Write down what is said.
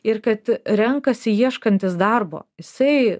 ir kad renkasi ieškantis darbo jisai